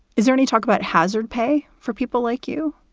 is there any talk about hazard pay for people like you?